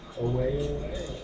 away